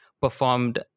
performed